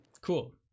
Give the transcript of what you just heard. Cool